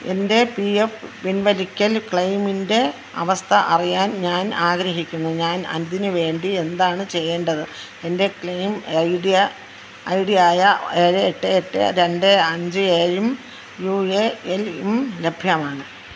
എന്റെ P F പിൻവലിക്കൽ ക്ലെയിമിന്റെ അവസ്ഥ അറിയാൻ ഞാൻ ആഗ്രഹിക്കുന്നു ഞാൻ അതിനുവേണ്ടി എന്താണ് ചെയ്യേണ്ടത് എന്റെ claim I D I D ആയ ഏഴ് എട്ട് എട്ട് രണ്ട് അഞ്ച് ഏഴും യു എ എനും ലഭ്യമാണ്